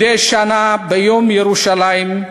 מדי שנה, ביום ירושלים,